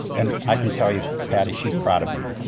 and i can tell you, patty, she's proud of you.